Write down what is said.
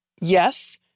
Yes